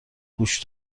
گوش